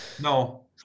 No